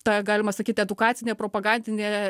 tą galima sakyt edukacinė propagandinė